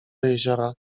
jeziora